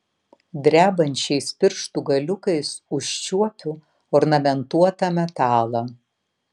drebančiais pirštų galiukais užčiuopiu ornamentuotą metalą